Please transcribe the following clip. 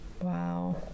Wow